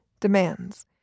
demands